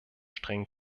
strengen